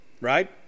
right